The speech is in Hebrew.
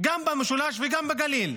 וגם במשולש וגם בגליל.